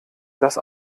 das